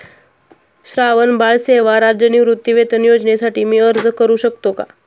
श्रावणबाळ सेवा राज्य निवृत्तीवेतन योजनेसाठी मी अर्ज करू शकतो का?